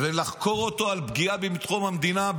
ולחקור אותו על פגיעה בביטחון המדינה.